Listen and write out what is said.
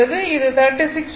இது 36